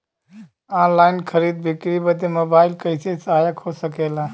Online खरीद बिक्री बदे मोबाइल कइसे सहायक हो सकेला?